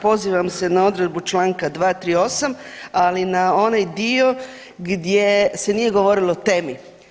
Pozivam se na odredbu članka 238. ali na onaj dio gdje se nije govorilo o temi.